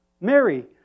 Mary